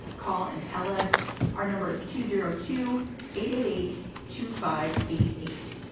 call and tell us our number is two zero two eight eight eight two five eight eight.